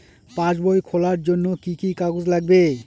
পাসবই খোলার জন্য কি কি কাগজ লাগবে?